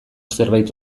zerbait